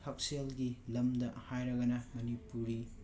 ꯍꯛꯁꯦꯜꯒꯤ ꯂꯝꯗ ꯍꯥꯏꯔꯒꯅ ꯃꯅꯤꯄꯨꯔꯤ